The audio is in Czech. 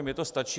Mně to stačí.